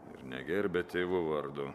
ir negerbia tėvo vardo